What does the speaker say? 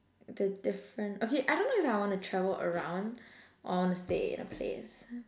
the different okay I don't know if I want to travel around or I want to stay in a place